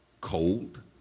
cold